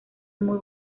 muy